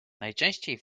najczęściej